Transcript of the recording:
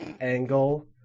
angle